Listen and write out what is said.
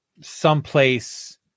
someplace